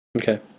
Okay